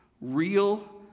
real